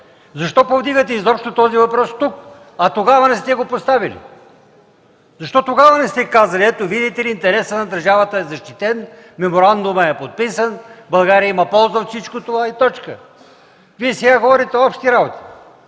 изобщо повдигате този въпрос тук, а тогава не сте го поставяли? Защо тогава не сте казали – ето, видите ли интересът на държавата е защитен, меморандумът е подписан, България има полза от всичко това. И точка. А сега Вие говорите общи работи